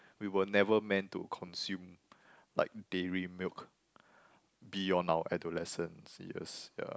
we were never meant to consume like dairy milk beyond our adolescence yes yeah